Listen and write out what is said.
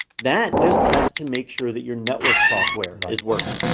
that just tests to make sure that your network software is working,